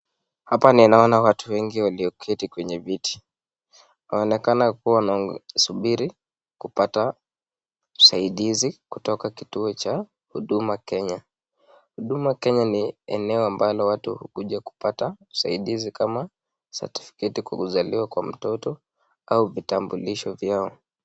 Hapa ninaona watu wengi walioketi kwenye viti wanaoneka kuwa wanasubiri kupata usaidizi kutoka kituo cha huduma kenya. Huduma kenya ni eneo ambalo watu hukuja kupata usaidizi kama certificate kuzaliwa kwa mtoto ama vitambulisho vyao.